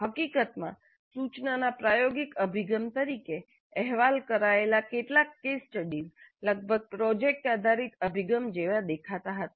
હકીકતમાં જેમ મેં કહ્યું છે સૂચનાના પ્રાયોગિક અભિગમ તરીકે અહેવાલ કરાયેલા કેટલાક કેસ સ્ટડીઝ લગભગ પ્રોજેક્ટ આધારિત અભિગમો જેવા દેખાતા હતા